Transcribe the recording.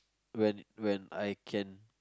when when when I can